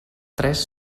tres